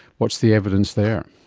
what's the evidence there?